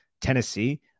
Tennessee